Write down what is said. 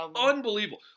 unbelievable